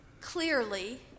clearly